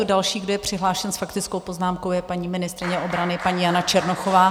Další, kdo je přihlášen s faktickou poznámkou, je paní ministryně obrany, paní Jana Černochová.